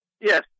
Yes